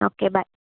okay bye